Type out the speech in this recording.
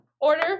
Order